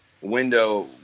window